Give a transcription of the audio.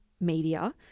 media